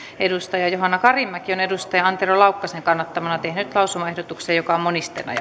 johanna karimäki on antero laukkasen kannattamana tehnyt lausumaehdotuksen joka on monisteena